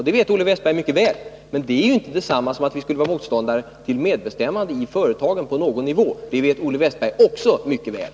Det vet Olle Wästberg mycket väl, men det är ju inte detsamma som att vi skulle vara motståndare till medbestämmande i företagen på någon nivå. Det vet Olle Wästberg också mycket väl.